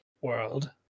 world